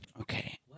Okay